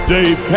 Dave